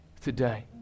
today